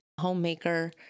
homemaker